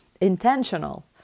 intentional